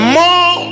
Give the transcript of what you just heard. more